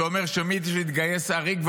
שאומר שמי שיתגייס עריק,